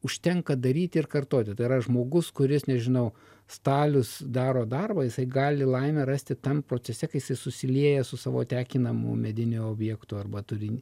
užtenka daryti ir kartoti tai yra žmogus kuris nežinau stalius daro darbą jisai gali laimę rasti tam procese kai jisai susilieja su savo tekinamu mediniu objektu arba turinį